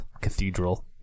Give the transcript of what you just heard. cathedral